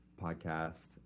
podcast